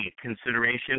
Consideration